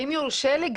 אם יורשה לי,